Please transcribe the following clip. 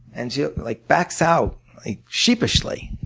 and she like backs out sheepishly.